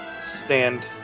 stand